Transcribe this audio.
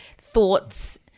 thoughts